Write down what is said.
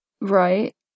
Right